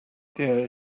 der